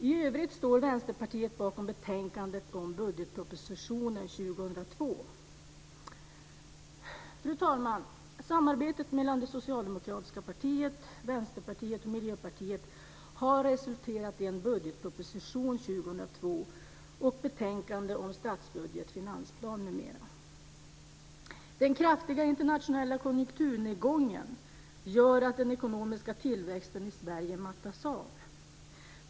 I övrigt står Vänsterpartiet bakom betänkandet om budgetpropositionen för 2002. Fru talman! Samarbetet mellan det socialdemokratiska partiet, Vänsterpartiet och Miljöpartiet har resulterat i en budgetproposition för 2002 och betänkande om statsbudget, finansplan m.m. Den kraftiga internationella konjunkturnedgången gör att den ekonomiska tillväxten i Sverige mattas av.